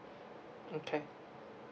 okay